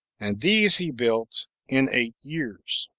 and these he built in eight years.